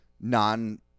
non